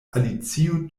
alicio